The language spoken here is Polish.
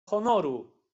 honoru